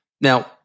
Now